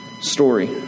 story